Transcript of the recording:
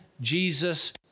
Jesus